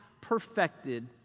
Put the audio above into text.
perfected